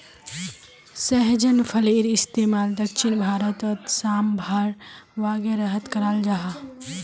सहजन फलिर इस्तेमाल दक्षिण भारतोत साम्भर वागैरहत कराल जहा